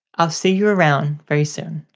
i'll see you around very soon!